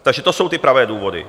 Takže to jsou ty pravé důvody.